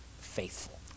faithful